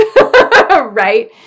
right